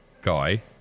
guy